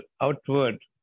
outward